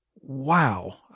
wow